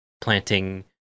planting